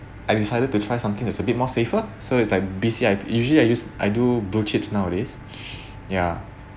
I decided to try something that's bit more safer so it's like I usually I use I do blue chips nowadays ya